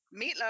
Meatloaf